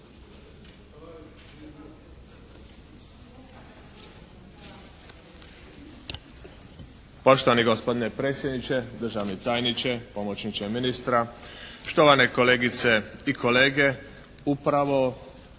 Poštovani gospodine predsjedniče, državni tajniče, pomoćniče ministra, štovane kolegice i kolege. Upravo